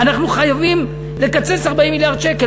אנחנו חייבים לקצץ 40 מיליארד שקלים.